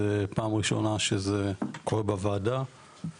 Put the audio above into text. זה פעם ראשונה שזה קורה בוועדה,